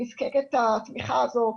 נזקקת התמיכה הזאת,